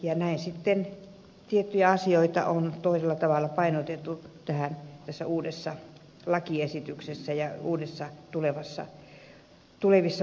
ja näin sitten tiettyjä asioita on toisella tavalla painotettu tässä uudessa lakiesityksessä ja tulevissa muutoksissa